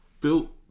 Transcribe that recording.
built